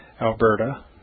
Alberta